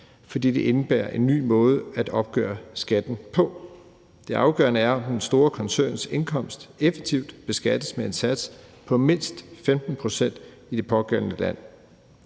fordi de indebærer en ny måde at opgøre skatten på. Det afgørende er, at den store koncerns indkomst effektivt beskattes med en sats på mindst 15 pct. i det pågældende land.